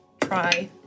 try